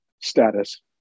status